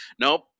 Nope